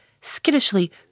skittishly